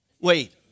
Wait